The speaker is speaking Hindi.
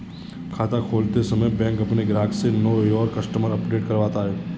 खाता खोलते समय बैंक अपने ग्राहक से नो योर कस्टमर अपडेट करवाता है